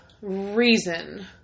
reason